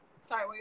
sorry